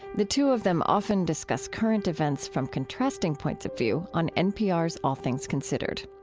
the two of them often discuss current events from contrasting points of view on npr's all things considered.